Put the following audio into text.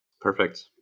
Perfect